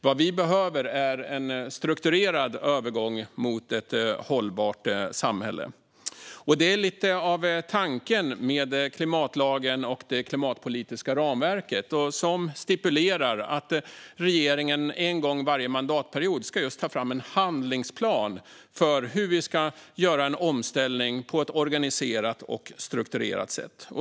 Vad vi behöver är en strukturerad övergång till ett hållbart samhälle. Det är lite av tanken med klimatlagen och det klimatpolitiska ramverket, som stipulerar att regeringen en gång varje mandatperiod ska ta fram just en handlingsplan för hur vi ska göra en omställning på ett organiserat och strukturerat sätt.